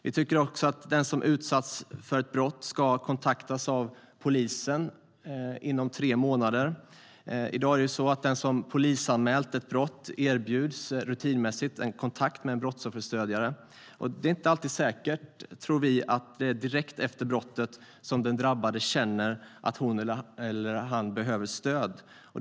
Vi tycker också att den som utsatts för ett brott ska kontaktas av polisen inom tre månader. I dag är det så att den som polisanmält ett brott rutinmässigt erbjuds kontakt med en brottsofferstödjare. Det är inte alltid säkert, tror vi, att den drabbade direkt efter brottet känner att hon eller han behöver stöd.